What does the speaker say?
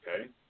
okay